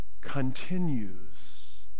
continues